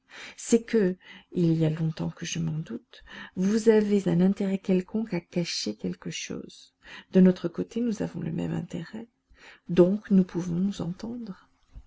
c'est que il y a longtemps que je m'en doute vous avez un intérêt quelconque à cacher quelque chose de notre côté nous avons le même intérêt donc nous pouvons nous entendre